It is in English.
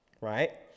right